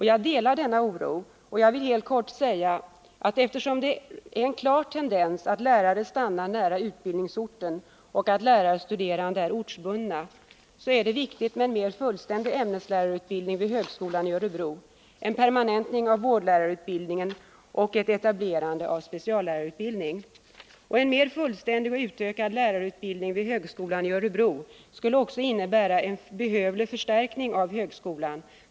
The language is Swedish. Jag delar denna oro och vill helt kort säga att det, eftersom det finns en klar tendens till att lärare stannar nära utbildningsorten och att lärarstuderande är ortsbundna, är viktigt med en mer fullständig ämneslärarutbildning vid högskolan i Örebro, en permanentning av vårdlärarutbildningen och ett etablerande av speciallärarutbildning. En mer fullständig och utökad lärarutbildning vid högskolan i Örebro skulle också innebära en behövlig förstärkning av högskolan.